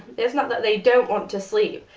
it's not that they don't want to sleep,